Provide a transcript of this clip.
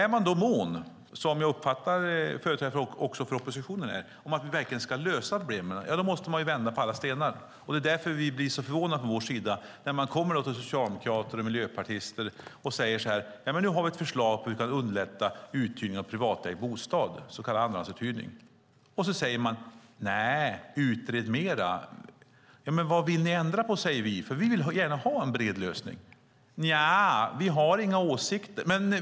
Är man då mån, som jag uppfattar att också företrädarna för oppositionen är, om att verkligen ska lösa problemen måste man vända på alla stenar. Det är därför som vi blir så förvånade när vi säger till socialdemokrater och miljöpartister att vi nu har ett förslag på hur vi kan underlätta uthyrning av privatägd bostad, så kallad andrahandsuthyrning, och de då säger: Nej, utred mer! Vi frågar då vad de vill ändra på, för vi vill gärna ha en bred lösning. De säger: Nja, vi har inga åsikter.